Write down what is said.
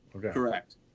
Correct